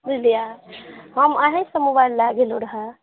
बुझलियै हम अहीँसँ मोबाइल लऽ गेल रहहुँ